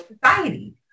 society